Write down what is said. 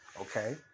Okay